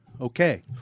Okay